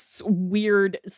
weird